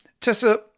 Tessa